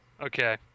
Okay